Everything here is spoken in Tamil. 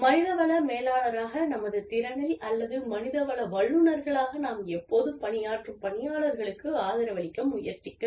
மனிதவள மேலாளராக நமது திறனில் அல்லது மனிதவள வல்லுநர்களாக நாம் எப்போதும் பணியாற்றும் பணியாளர்களுக்கு ஆதரவளிக்க முயற்சிக்க வேண்டும்